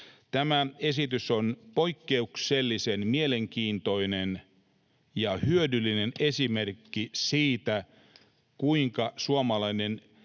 Tämä esitys on poikkeuksellisen mielenkiintoinen ja hyödyllinen esimerkki siitä, kuinka suomalainen